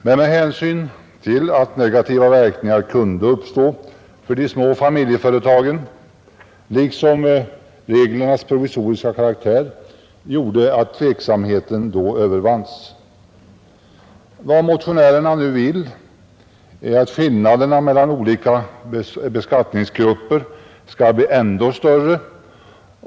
Men hänsynen till att negativa verkningar kunde uppstå för de små familjeföretagen liksom reglernas provisoriska karaktär gjorde att tveksamheten då övervanns. Vad motionärerna nu vill är att skillnaderna mellan olika beskattningsgrupper skall bli ändå större.